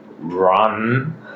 run